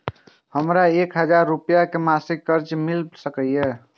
हमरा एक हजार रुपया के मासिक कर्ज मिल सकिय?